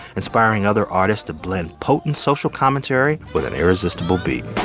inspiring other artists to blend potent social commentary with an irresistible beat